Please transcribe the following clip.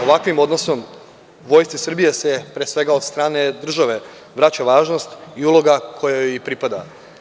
Ovakvim odnosom Vojsci Srbije se pre svega od strane države vraća važnost i uloga koja joj i pripada.